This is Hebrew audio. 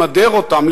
למדר אותם,